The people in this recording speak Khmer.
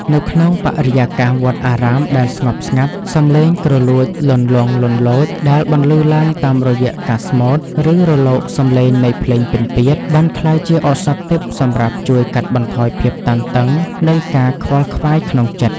នៅក្នុងបរិយាកាសវត្តអារាមដែលស្ងប់ស្ងាត់ សម្លេងគ្រលួចលន្លង់លន្លោចដែលបន្លឺឡើងតាមរយៈការស្មូត ឬ រលកសម្លេងនៃភ្លេងពិណពាទ្យ បានក្លាយជាឱសថទិព្វសម្រាប់ជួយកាត់បន្ថយភាពតានតឹង និងការខ្វល់ខ្វាយក្នុងចិត្ត។